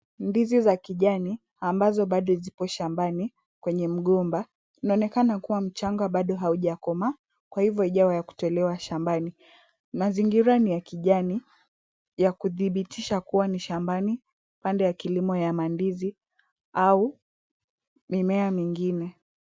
Ndizi za kijani ambazo bado zipo shambani kwenye mgomba. Inaonekana kuwa mchanga bado haujakomaa kwa hivyo hijawa ya kutolewa shambani. Mazingira ni ya kijani, ya kudhibitisha kuwa ni shambani pande ya kilimo ya mandizi au mimea mingine.